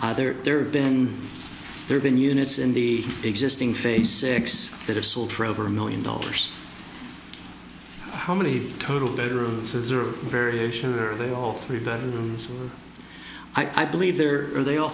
either there have been there been units in the existing face six that are sold for over a million dollars how many total bedrooms are variation or are they all three bedrooms i believe there are they all